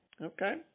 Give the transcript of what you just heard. Okay